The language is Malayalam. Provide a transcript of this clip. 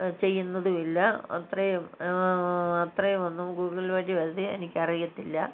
ചെയ്യുന്നതുമില്ല അത്രയും അത്രയുമൊന്നും ഗൂഗിൾ വഴി എനിക്കറിയത്തില്ല